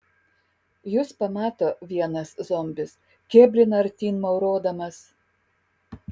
jus pamato vienas zombis kėblina artyn maurodamas